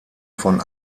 von